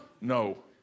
No